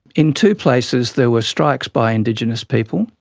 in two places there were strikes by indigenous people.